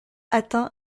atteint